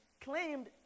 claimed